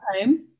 home